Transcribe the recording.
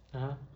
(uh huh)